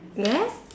yes